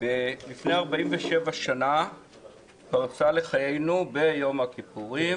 לפני 47 שנים פרצה לחיינו מלחמת יום הכיפורים,